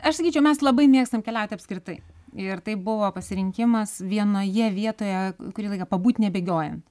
aš sakyčiau mes labai mėgstam keliauti apskritai ir tai buvo pasirinkimas vienoje vietoje kurį laiką pabūt nebėgiojant